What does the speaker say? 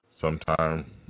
sometime